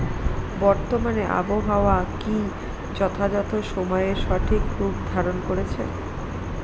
বর্তমানে আবহাওয়া কি যথাযথ সময়ে সঠিক রূপ ধারণ করছে?